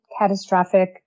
catastrophic